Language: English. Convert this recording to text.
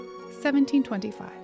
1725